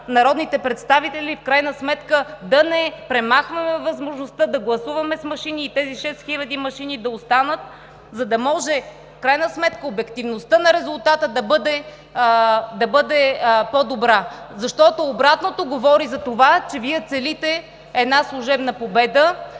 народните представители да не премахваме възможността да гласуваме с машини и тези 6000 машини да останат, за да може в крайна сметка обективността на резултата да бъде по-добра. Защото обратното говори за това, че Вие целите служебна победа,